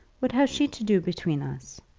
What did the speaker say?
what has she to do between us?